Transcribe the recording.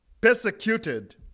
persecuted